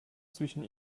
zwischen